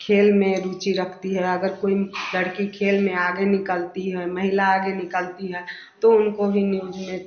खेल में रुचि रखती है अगर कोई लड़की खेल में आगे निकलती है महिला आगे निकलती है तो उनको भी न्यूज़ में